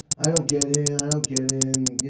i don't get in. i don't get in.